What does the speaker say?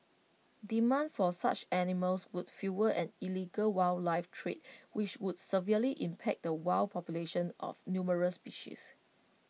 demand for such animals would fuel an illegal wildlife trade which would severely impact the wild populations of numerous species